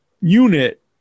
unit